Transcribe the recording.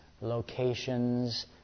locations